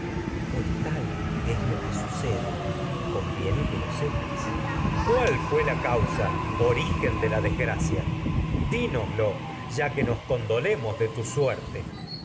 pues tal es lo que sucede y conviene que sepas coro cuál fué que nos a la causa origen de la desgracia dínoslo ya condolemos de tu suerte